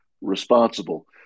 responsible